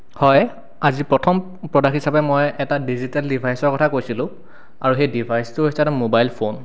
হয় আজি প্ৰথম প্ৰডাক্ট হিচাপে মই এটা ডিজিটেল ডিভাইচৰ কথা কৈছিলোঁ আৰু সেই ডিভাইচটো হৈছে এটা মোবাইল ফোন